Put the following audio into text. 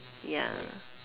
ya